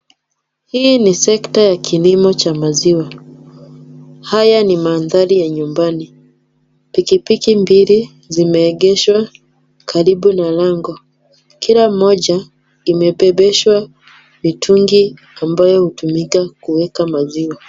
Hii ni sekta ya kilimo cha maziwa. Haya ni mandhari ya nyumbai. Pikipiki mbili zimeegeshwa karibu na lango. Kila mmoja imebebeshwa mitungi ambayo hutumika kuweka maziwa.